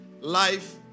life